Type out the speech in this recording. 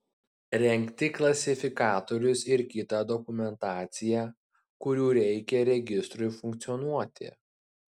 rengti klasifikatorius ir kitą dokumentaciją kurių reikia registrui funkcionuoti